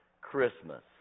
Christmas